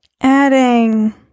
Adding